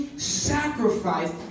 sacrifice